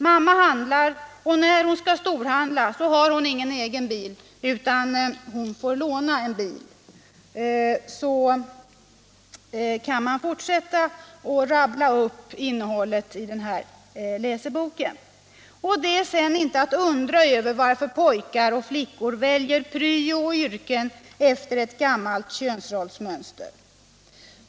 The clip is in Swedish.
Mamma handlar, och när hon skall storhandla har hon ingen egen bil utan får låna en bil etc. Så kan man fortsätta att rabbla upp ur innehållet i den här läseboken. Det är sedan inte att undra över varför pojkar och flickor väljer pryo och yrken efter ett gammalt könsrollsmönster.